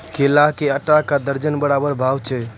केला के आटा का दर्जन बाजार भाव छ?